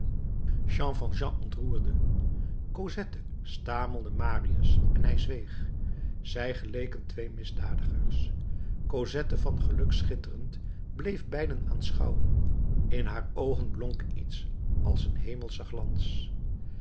jean valjean ontroerde cosette stamelde marius en hij zweeg zij geleken twee misdadigers cosette van geluk schitterend bleef beiden aanschouwen in haar oogen blonk iets als een hemelsche glans